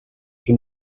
que